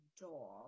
dog